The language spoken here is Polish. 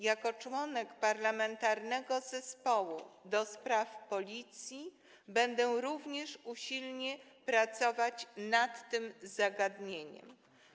Jako członek Parlamentarnego Zespołu ds. Policji będę również usilnie pracować nad tym zagadnieniem.